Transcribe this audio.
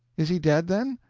is he dead, then?